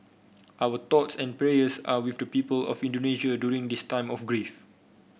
our thoughts and prayers are with the people of Indonesia during this time of grief